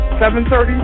7.30